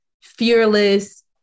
fearless